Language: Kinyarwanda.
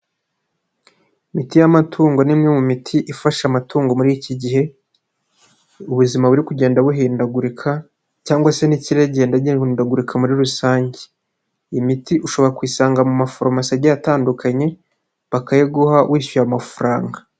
Imiti y'amatungo ni imwe mu miti ifasha amatungo muri iki gihe, ubuzima buri kugenda buhindagurika cyangwa se n'ikirere kigenda gihindagurika muri rusange, imiti ushobora kuyisanga mu maforomasi agiye atandukanye, bakayiguha wishyuye amafaranga.